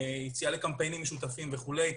יציאה לקמפיינים משותפים וכו'.